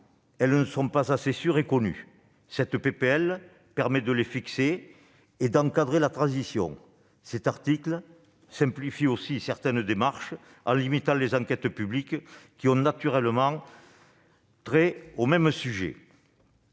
elles ne sont pas assez sûres et connues ; ce texte permet de les fixer et d'encadrer la transition. Cet article simplifie aussi certaines démarches, en limitant le nombre d'enquêtes publiques qui ont naturellement trait au même sujet.